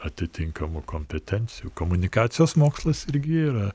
atitinkamų kompetencijų komunikacijos mokslas irgi yra